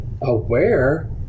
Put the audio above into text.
aware